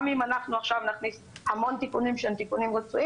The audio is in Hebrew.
גם אם נכניס המון תיקונים רצויים,